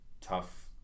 tough